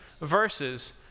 verses